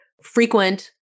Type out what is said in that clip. frequent